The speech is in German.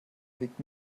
wiegt